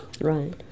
Right